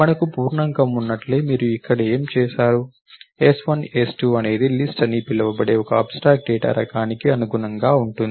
మనకు పూర్ణాంకం ఉన్నట్లే మీరు ఇక్కడ ఏమి చేసారు s1 s2 అనేది లిస్ట్ అని పిలువబడే ఒక అబ్స్ట్రాక్ట్ డేటా రకానికి అనుగుణంగా ఉంటుంది